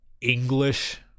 english